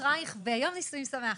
אשרייך ויום נישואין שמח.